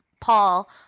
Paul